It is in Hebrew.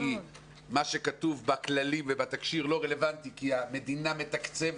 כי מה שכתוב בכללים ובתקשי"ר לא רלוונטי כי המדינה מתקצבת